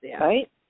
Right